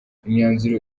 imyanzuro